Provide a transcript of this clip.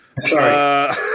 Sorry